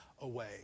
away